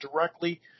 directly